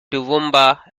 toowoomba